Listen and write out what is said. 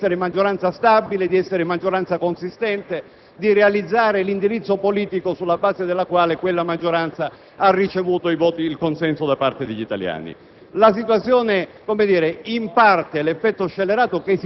per indebolire la capacità della maggioranza di essere stabile e consistente, di realizzare l'indirizzo politico sulla base del quale quella maggioranza ha ricevuto il consenso da parte degli italiani.